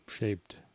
shaped